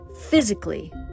physically